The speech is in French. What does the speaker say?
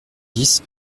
dix